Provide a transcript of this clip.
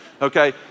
okay